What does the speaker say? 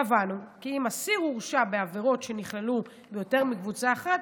קבענו כי אם אסיר הורשע בעבירות שנכללו ביותר מקבוצה אחת,